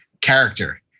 character